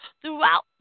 throughout